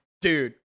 dude